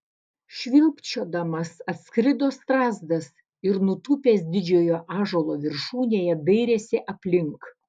švilpčiodamas atskrido strazdas ir nutūpęs didžiojo ąžuolo viršūnėje dairėsi aplink